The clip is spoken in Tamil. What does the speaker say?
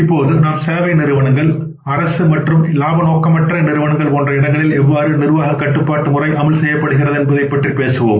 இப்போதுநாம்சேவை நிறுவனங்கள் அரசு மற்றும் இலாப நோக்கற்ற நிறுவனங்கள் போன்ற இடங்களில் எவ்வாறு நிர்வாக கட்டுப்பாட்டு முறை அமல் செய்யப்படுகிறது என்பதைப்பற்றி பேசுவோம்